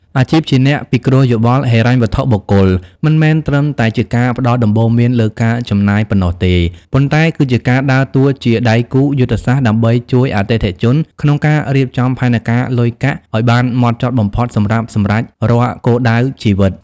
អាជីពជាអ្នកពិគ្រោះយោបល់ហិរញ្ញវត្ថុបុគ្គល មិនមែនត្រឹមតែជាការផ្ដល់ដំបូន្មានលើការចំណាយប៉ុណ្ណោះទេ ប៉ុន្តែគឺជាការដើរតួជាដៃគូយុទ្ធសាស្ត្រដើម្បីជួយអតិថិជនក្នុងការរៀបចំផែនការលុយកាក់ឱ្យបានហ្មត់ចត់បំផុតសម្រាប់សម្រេចរាល់គោលដៅជីវិត។